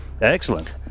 excellent